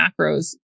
macros